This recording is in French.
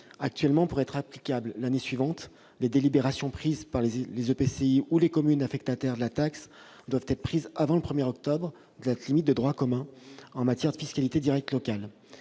que, pour être applicables l'année suivante, les délibérations prises par les EPCI ou les communes affectataires de la taxe doivent être prises avant le 1 octobre, date limite de droit commun en matière de fiscalité directe locale.